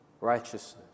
righteousness